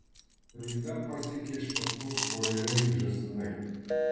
palyda pasekė iš paskos vorele lyg žąsinai